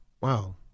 Wow